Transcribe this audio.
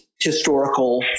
historical